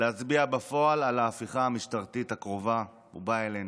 להצביע בפועל על ההפיכה המשטרית הקרבה ובאה אלינו.